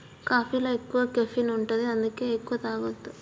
కాఫీలో ఎక్కువ కెఫీన్ ఉంటది అందుకే ఎక్కువ తాగొద్దు